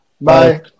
Bye